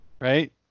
right